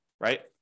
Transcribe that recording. right